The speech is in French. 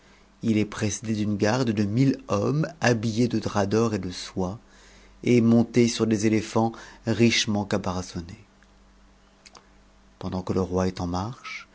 il est précédé d'une garde de mille hommes habiltés de drap m de soie et montés sur des éléphants richement caparaçonnés ndant que le roi est en marche